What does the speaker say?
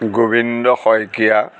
Gobinda Saikia